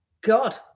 God